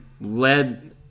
led –